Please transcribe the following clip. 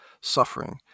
suffering